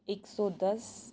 એકસો દસ